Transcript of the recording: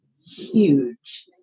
huge